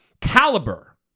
caliber